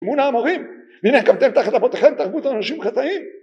המורים, והנה קמתם תחת אבותיכם תרבות אנשים החטאים